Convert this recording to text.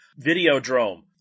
Videodrome